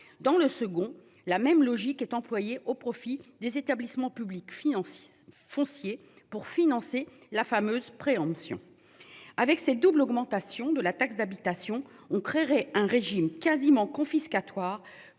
dans le second, la même logique est employé au profit des établissements publics 106 foncier pour financer la fameuse préemptions avec ses double augmentation de la taxe d'habitation on créerait un régime quasiment confiscatoire